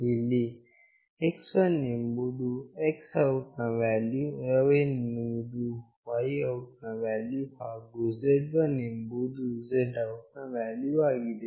ಇಲ್ಲಿ x1 ಎಂಬುದು X OUT ನ ವ್ಯಾಲ್ಯೂ y1 ಎಂಬುದು Y OUT ನ ವ್ಯಾಲ್ಯೂ ಹಾಗು z1 ಎಂಬುದು Z OUT ನ ವ್ಯಾಲ್ಯೂ ಆಗಿದೆ